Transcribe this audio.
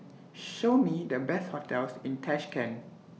Show Me The Best hotels in Tashkent